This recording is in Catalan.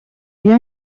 dia